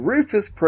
Rufus